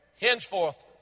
henceforth